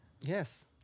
Yes